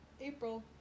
April